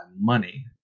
money